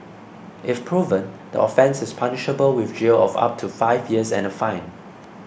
if proven the offence is punishable with jail of up to five years and a fine